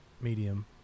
medium